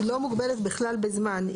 היא לא מוגבלת בכלל בזמן.